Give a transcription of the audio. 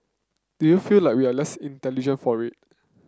do you feel like we are less intelligent for it